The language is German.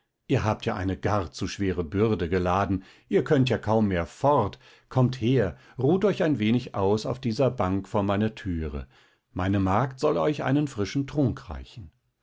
ihr habt ja eine gar zu schwere bürde geladen ihr könnt ja kaum mehr fort kommt her ruht euch ein wenig aus auf dieser bank vor meiner türe meine magd soll euch einen frischen trunk reichen